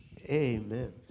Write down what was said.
Amen